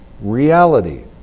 reality